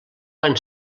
van